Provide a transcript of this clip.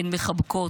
הן מחבקות.